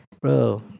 Bro